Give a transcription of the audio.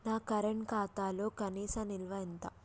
నా కరెంట్ ఖాతాలో కనీస నిల్వ ఎంత?